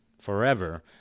forever